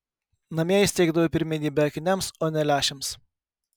namie jis teikdavo pirmenybę akiniams o ne lęšiams